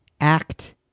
act